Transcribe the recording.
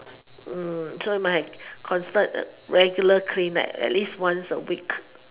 mm so you might have constant regular cleanup at least once a week